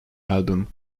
album